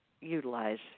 utilize